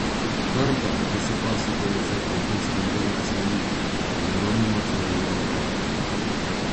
kartą esi pasakojusi apie itin spalvingą asmenybę jeronimą florijoną radvilą